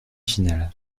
finales